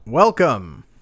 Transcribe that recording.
Welcome